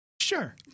Sure